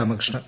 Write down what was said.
Ramakrishnan